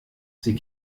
sie